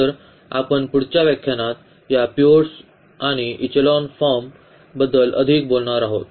तर आपण पुढच्या व्याख्यानात या पिव्होट्स आणि इचेलॉन फॉर्म बद्दल अधिक बोलणार आहोत